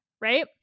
Right